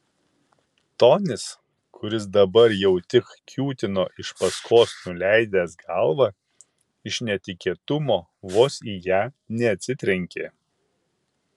tonis kuris dabar jau tik kiūtino iš paskos nuleidęs galvą iš netikėtumo vos į ją neatsitrenkė